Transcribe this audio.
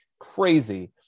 crazy